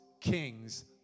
kings